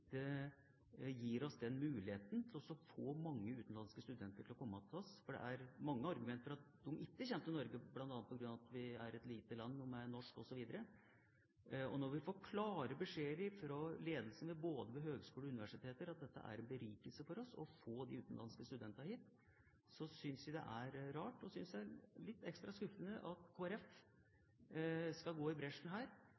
gir oss muligheten til å få mange utenlandske studenter til oss. For det er mange argumenter for ikke å komme til Norge, bl.a. fordi vi er et lite land, snakker norsk osv. Når vi får klar beskjed fra ledelsen både ved høgskoler og universiteter at det er en berikelse for oss å få de utenlandske studentene hit, syns jeg det er rart og ekstra skuffende at nettopp Kristelig Folkeparti går i bresjen for at